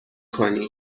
کنی